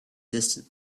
distant